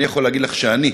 אני יכול להגיד לך שאני,